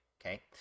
okay